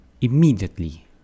immediately